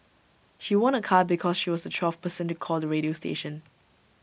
she won A car because she was the twelfth person to call the radio station